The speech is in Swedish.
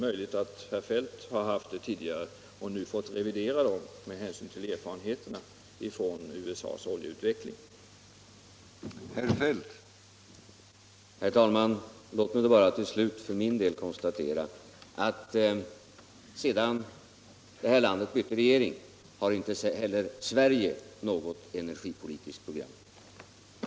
Kanske herr Feldt har haft det tidigare och nu fått revidera förväntningarna med hänsyn till erfarenheterna av oljeförbrukningens utveckling i USA.